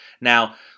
Now